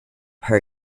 her